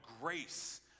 grace